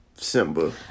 simba